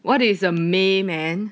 what is a may man